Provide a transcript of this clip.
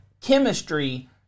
chemistry